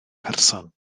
person